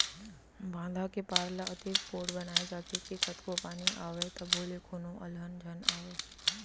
बांधा के पार ल अतेक पोठ बनाए जाथे के कतको पानी आवय तभो ले कोनो अलहन झन आवय